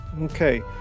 Okay